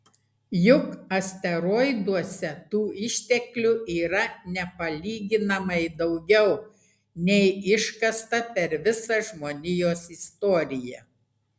juk asteroiduose tų išteklių yra nepalyginamai daugiau nei iškasta per visą žmonijos istoriją